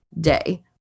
day